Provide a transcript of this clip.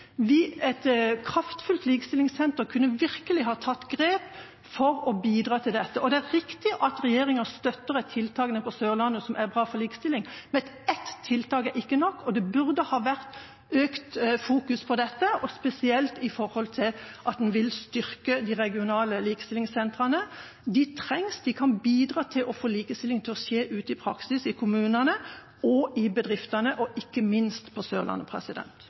Et kraftfullt likestillingssenter kunne virkelig ha tatt grep for å bidra til dette. Det er riktig at regjeringa støtter et tiltak nede på Sørlandet som er bra for likestilling, men ett tiltak er ikke nok. Det burde ha vært økt fokus på dette, spesielt med tanke på at en vil styrke de regionale likestillingssentrene. De trengs, de kan bidra til å få likestilling til å skje i praksis ute i kommunene og i bedriftene – ikke minst på Sørlandet.